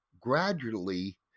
gradually